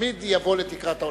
תמיד יבוא לתקרת ההוצאה,